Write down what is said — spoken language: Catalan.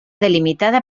delimitada